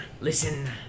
Listen